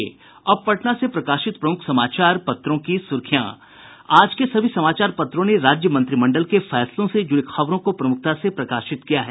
अब पटना से प्रकाशित प्रमुख समाचार पत्रों की सुर्खियां आज के सभी समाचार पत्रों ने राज्य मंत्रिमंडल के फैसलों से जुड़ी खबरों को प्रमुखता से प्रकाशित किया है